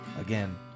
again